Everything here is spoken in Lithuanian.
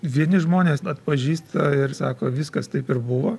vieni žmonės atpažįsta ir sako viskas taip ir buvo